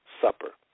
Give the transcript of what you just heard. Supper